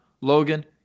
Logan